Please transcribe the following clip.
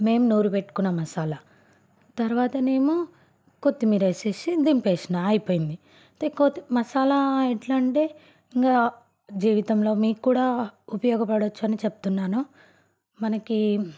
మేము నూరి పెట్టుకున్న మసాలా తర్వాత ఏమో కొత్తిమీర వేసి దింపేసినాను అయిపోయింది మసాలా ఎట్లంటే ఇంక జీవితంలో మీకు కూడా ఉపయోగపడొచ్చు అని చెప్తున్నాను మనకి